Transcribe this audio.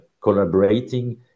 collaborating